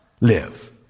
live